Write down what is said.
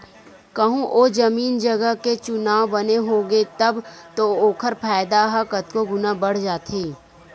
कहूँ ओ जमीन जगा के चुनाव बने होगे तब तो ओखर फायदा ह कतको गुना बड़ जाथे